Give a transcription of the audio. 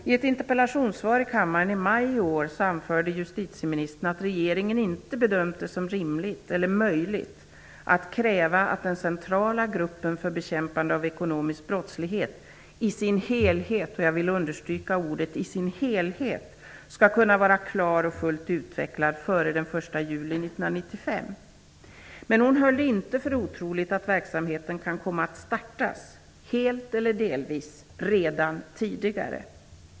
I ett interpellationssvar i kammaren i maj i år anförde justitieministern att regeringen inte har bedömt det som rimligt eller möjligt att kräva att den centrala gruppen för bekämpande av ekonomisk brottslighet i sin helhet -- jag vill betona i sin helhet -- skall kunna vara klar och fullt utvecklad före den 1 juli 1995. Justitieministern höll det inte för otroligt att verksamheten kan komma att starta, helt eller delvis, redan tidigare.